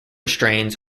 strains